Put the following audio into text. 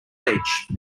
beach